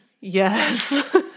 Yes